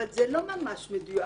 אבל זה לא ממש מדויק.